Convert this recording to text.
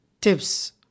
tips